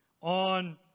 on